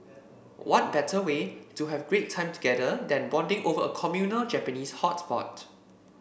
what better way to have great time together than bonding over a communal Japanese hot pot